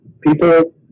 people